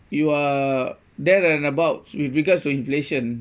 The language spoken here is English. you are there and about with regards to inflation